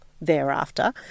thereafter